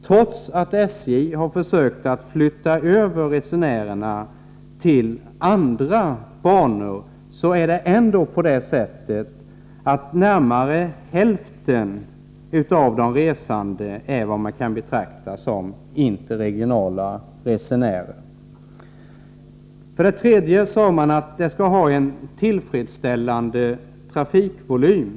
Trots att SJ har försökt att flytta över resenärerna till andra banor, kan ändå närmare hälften av resenärerna betraktas som interregionala resenärer. För det tredje sade man att det skall vara en tillfredsställande trafikvolym.